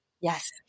Yes